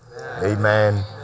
Amen